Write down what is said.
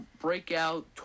breakout